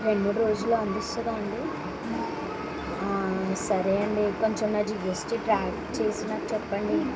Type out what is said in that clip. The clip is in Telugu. రెండు రోజులు అందిస్తారా అండి సరే అండి కొంచెం నా జిఎస్టీ ట్రాక్ చేసి నాకు చెప్పండి